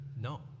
No